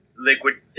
Liquid